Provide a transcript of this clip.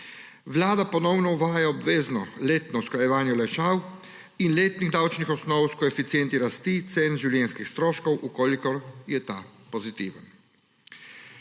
Vlada ponovno uvaja obvezno letno usklajevanje olajšav in letnih davčnih osnov s koeficienti rasti cen življenjskih stroškov, če je ta pozitiven.